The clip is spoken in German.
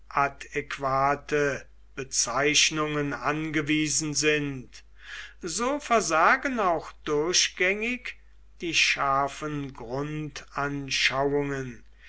inadäquate bezeichnungen angewiesen sind so versagen auch durchgängig die scharfen